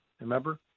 remember